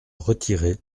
retirés